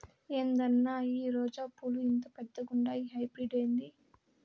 ఏందన్నా ఈ రోజా పూలు ఇంత పెద్దగుండాయి హైబ్రిడ్ ఏంది